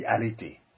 reality